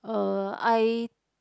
uh I